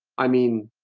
i mean